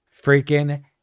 freaking